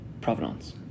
provenance